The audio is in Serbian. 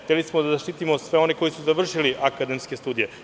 Hteli smo da zaštitimo sve one koji su završili akademske studije.